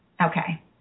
Okay